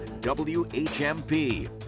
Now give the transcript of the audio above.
WHMP